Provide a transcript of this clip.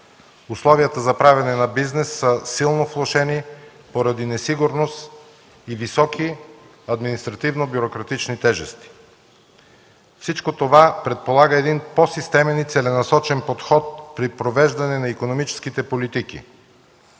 Условията за правене на бизнес са силно влошени поради несигурност и високи административно-бюрократични тежести. Всичко това предполага един по-системен и целенасочен подход при провеждане на икономическите политики.